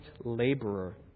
laborer